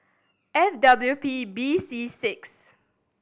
F W P B C six